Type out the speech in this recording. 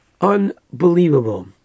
Unbelievable